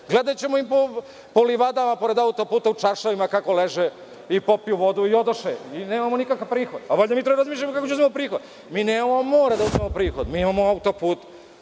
Gledaćemo ih po livadama pored auto-puta, u čaršafima kako leže i popiju vodu, i odoše. Nemamo nikakav prihod. Valjda mi treba da razmišljamo kako ćemo da uzmemo prihod. Mi nemamo more da uzmemo prihod. Mi imamo auto-put.